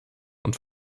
und